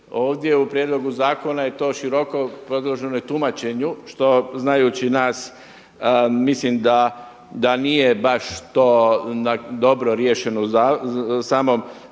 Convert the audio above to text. Ovdje u prijedlogu zakona je to široko predloženo i tumačenju što znajući nas mislim da nije baš to riješeno u samom